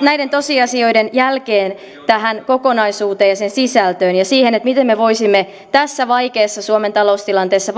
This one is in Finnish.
näiden tosiasioiden jälkeen tähän kokonaisuuteen ja sen sisältöön ja siihen miten me voisimme tässä vaikeassa suomen taloustilanteessa